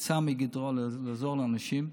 יצא מגדרו לעזור לאנשים,